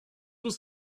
was